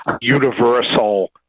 universal